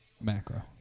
macro